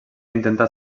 intentar